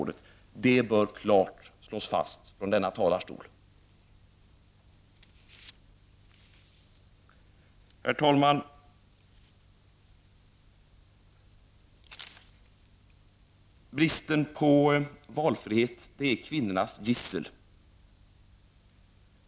Det bör klart slås fast från denna talarstol. Herr talman! Bristen på valfrihet är kvinnornas gissel.